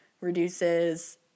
reduces